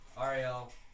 Ariel